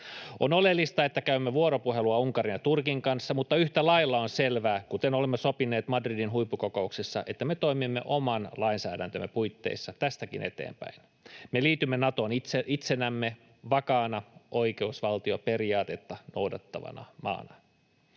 On oleellista, että käymme vuoropuhelua Unkarin ja Turkin kanssa, mutta yhtä lailla on selvää — kuten olemme sopineet Madridin huippukokouksessa — että me toimimme oman lainsäädäntömme puitteissa tästäkin eteenpäin. Me liitymme Natoon itsenämme, vakaana oikeusvaltioperiaatetta noudattavana maana.